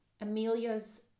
Amelia's